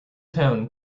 town